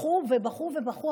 בחרו ובחרו ובחרו,